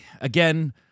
Again